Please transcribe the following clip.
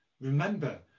Remember